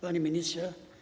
Panie Ministrze!